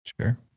Sure